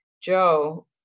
Joe